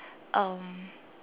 um